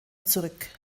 zurück